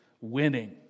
winning